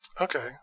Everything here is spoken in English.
Okay